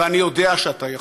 ואני יודע שאתה יכול.